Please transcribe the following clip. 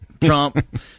Trump